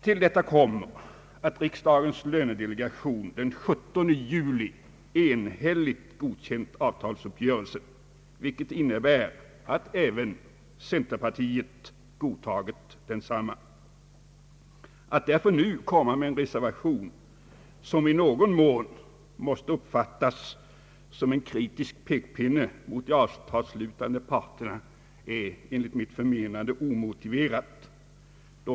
Till detta kommer att riksdagens lönedelegation den 17 juli enhälligt godkände avtalsuppgörelsen, vilket innebär att även centerpartiet godtog densamma. Att nu komma med en reservation, som i någon mån måste uppfattas såsom en kritisk pekpinne mot de avtalsslutande parterna, är därför enligt mitt förmenande omotiverat.